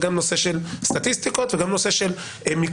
גם נושא של סטטיסטיקות וגם נושא של מיקוד